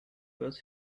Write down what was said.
was